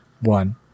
one